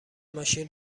ماشین